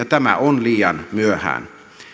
tämä on liian myöhään